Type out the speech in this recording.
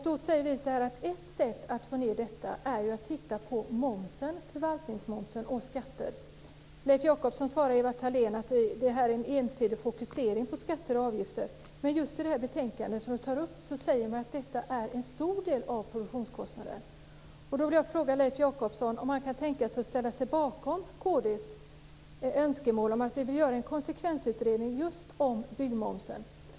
Då säger vi att ett sätt att få ned detta är att titta på förvaltningsmomsen och skatter. Leif Jakobsson svarade Ewa Thalén Finné att det här är en ensidig fokusering på skatter och avgifter. Men just i det här betänkandet som jag nämnde säger man att detta är en stor del av produktionskostnaden. Då vill jag fråga om Leif Jakobsson kan tänka sig att ställa sig bakom kd:s önskemål om att göra en konsekvensutredning just om byggmomsen.